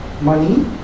money